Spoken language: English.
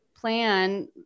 plan